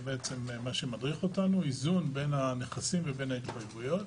זה מה שמדריך אותנו האיזון בין הנכסים לבין ההתחייבויות.